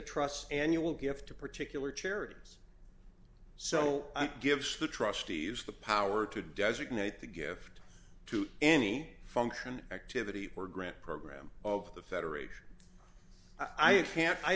trusts annual gift to particular charities so i give the trustees the power to designate the gift to any function activity or grant program of the federation i